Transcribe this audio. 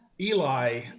Eli